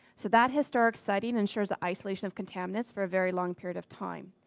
so that historic siting ensures the isolation of contaminants for a very long period of time.